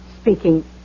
speaking